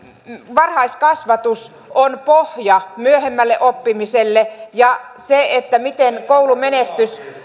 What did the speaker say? varhaiskasvatus on pohja myöhemmälle oppimiselle ja se miten koulumenestys